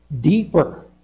deeper